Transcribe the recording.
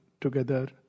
together